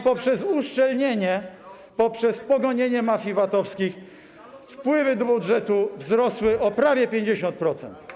I poprzez uszczelnienie, poprzez pogonienie mafii VAT-owskich wpływy do budżetu wzrosły o prawie 50%.